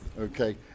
Okay